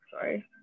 sorry